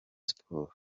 sports